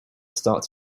start